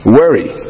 worry